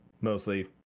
mostly